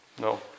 No